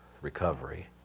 recovery